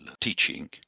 teaching